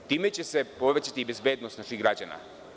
Time će se povećati i bezbednost naših građana.